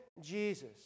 Jesus